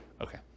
Okay